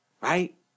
Right